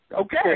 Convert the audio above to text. Okay